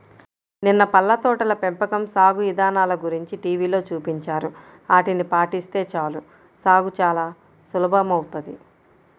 నిన్న పళ్ళ తోటల పెంపకం సాగు ఇదానల గురించి టీవీలో చూపించారు, ఆటిని పాటిస్తే చాలు సాగు చానా సులభమౌతది